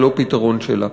ולא פתרון שלה.